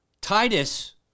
Titus